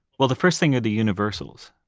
well, the first thing are the universals.